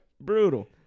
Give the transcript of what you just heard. brutal